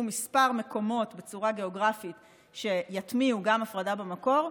כמה מקומות בצורה גיאוגרפית שיטמיעו גם הפרדה במקור,